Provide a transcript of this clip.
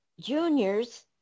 Junior's